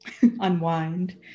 unwind